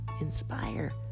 inspire